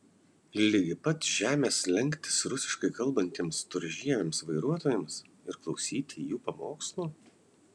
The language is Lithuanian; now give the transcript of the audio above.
ligi pat žemės lenktis rusiškai kalbantiems storžieviams vairuotojams ir klausyti jų pamokslų